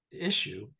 issue